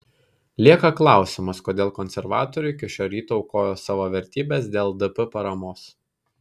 lieka klausimas kodėl konservatoriai iki šio ryto aukojo savo vertybes dėl dp paramos